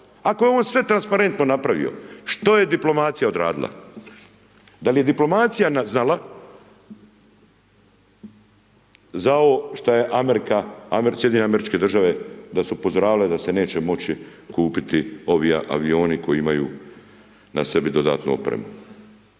ako je on sve transparentno napravio, što je diplomacija odradila? Da li je diplomacija znala za ovo što je Amerika, Sjedinjene Američke Države da su upozoravale da se neće moću kupiti ovi avioni koji imaju na sebi dodatnu opremu?